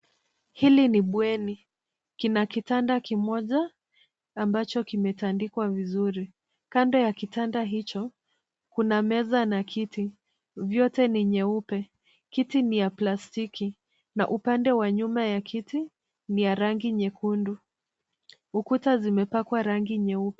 Hili ni bweni. Kuna kitanda kimoja ambacho kimetandikwa vizuri. Kando ya kitanda hicho, kuna meza na kiti, zote ni nyeupe kiti ni ya plastiki, na upande wa nyuma ya kiti ni ya rangi nyekundu. Ukuta zimepakwa rangi nyeupe.